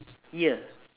year